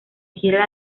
gira